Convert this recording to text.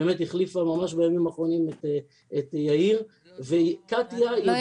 היא באמת החליפה ממש בימים האחרונים את יאיר וקטיה -- לא,